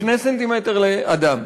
2 סנטימטרים לאדם.